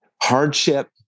hardship